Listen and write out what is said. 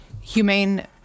Humane